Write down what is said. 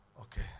Okay